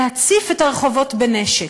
להציף את הרחובות בנשק,